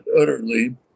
utterly